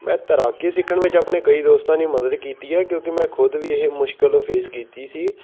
ਮੈਂ ਤੈਰਾਕੀ ਸਿੱਖਣ ਵਿੱਚ ਆਪਣੇ ਕਈ ਦੋਸਤਾਂ ਦੀ ਮਦਦ ਕੀਤੀ ਹੈ ਕਿਉਂਕਿ ਮੈਂ ਖੁਦ ਵੀ ਇਹ ਮੁਸ਼ਕਿਲ ਫੇਸ ਕੀਤੀ ਸੀ